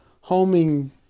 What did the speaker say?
homing